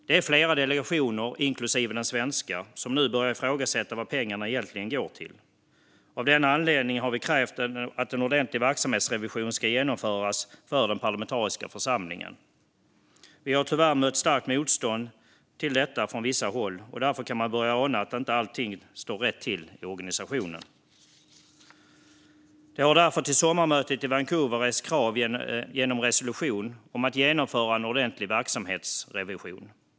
Det är flera delegationer, inklusive den svenska, som nu börjar ifrågasätta vad pengarna egentligen går till. Av denna anledning har vi krävt att en ordentlig verksamhetsrevision ska genomföras avseende den parlamentariska församlingen. Vi har tyvärr mött starkt motstånd mot detta från vissa håll. Därför kan man börja ana att inte allt står rätt till inom organisationen. Det har därför till sommarmötet i Vancouver rests krav genom en resolution om att genomföra en ordentlig verksamhetsrevision.